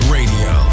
Radio